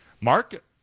Mark